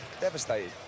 Devastated